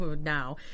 now